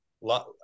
lot